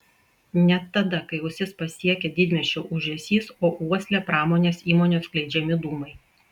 net tada kai ausis pasiekia didmiesčio ūžesys o uoslę pramonės įmonių skleidžiami dūmai